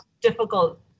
difficult